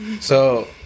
So-